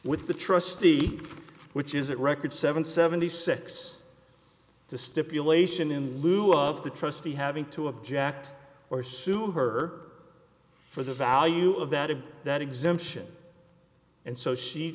with the trustee which is that record seven seventy six the stipulation in lieu of the trustee having to object or sue her for the value of that of that exemption and so she